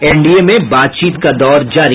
NDA में बातचीत का दौर जारी